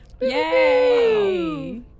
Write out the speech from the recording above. Yay